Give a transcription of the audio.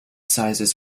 sizes